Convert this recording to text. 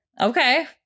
Okay